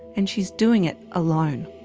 and she is doing it alone.